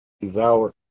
Devour